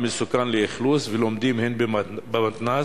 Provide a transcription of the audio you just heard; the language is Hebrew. המסוכן לאכלוס, ולומדים הן במתנ"ס